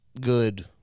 Good